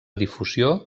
difusió